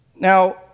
Now